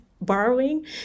borrowing